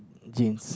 jeans